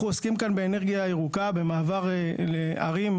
אנחנו עוסקים כאן באנרגיה ירוקה במעבר לערים,